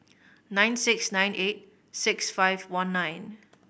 nine six nine eight six five one nine